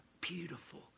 beautiful